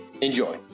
enjoy